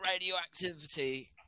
radioactivity